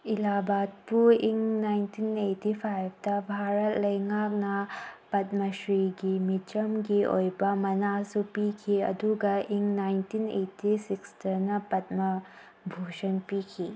ꯏꯂꯥꯕꯥꯠꯄꯨ in nineteen eighty ꯐꯥꯏꯕꯇ ꯚꯥꯔꯠ ꯂꯩꯉꯥꯛꯅ ꯄꯗꯃꯁ꯭ꯔꯤꯒꯤ ꯃꯤꯆꯝꯒꯤ ꯑꯣꯏꯕ ꯃꯅꯥꯁꯨ ꯄꯤꯈꯤ ꯑꯗꯨꯒ ꯏꯪ ꯅꯥꯏꯟꯇꯤꯟ ꯑꯩꯠꯇꯤ ꯁꯤꯛꯁꯇꯅ ꯄꯗꯃ ꯚꯨꯁꯟ ꯄꯤꯈꯤ